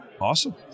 Awesome